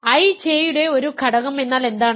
IJ യുടെ ഒരു ഘടകം എന്നാൽ എന്താണ്